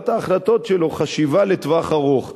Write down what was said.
בקבלת ההחלטות שלו חשיבה לטווח ארוך.